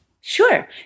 Sure